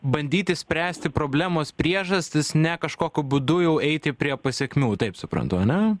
bandyti spręsti problemos priežastis ne kažkokiu būdu jau eiti prie pasekmių taip suprantu ane